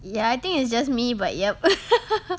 ya I think it's just me but yup